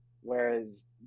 whereas